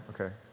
Okay